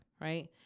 right